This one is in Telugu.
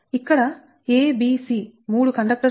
ఇక్కడ a b c 3 కండక్టర్స్ ఉన్నాయి